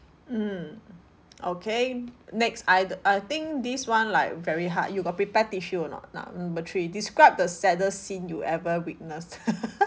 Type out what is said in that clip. mm okay next I I think this one like very hard you got prepare tissue or not number three describe the saddest scene you ever witnessed